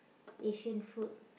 Asian food